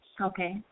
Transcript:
Okay